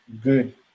good